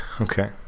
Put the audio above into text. okay